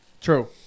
True